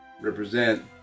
Represent